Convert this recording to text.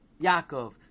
Yaakov